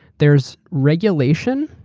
there's regulation.